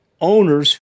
owners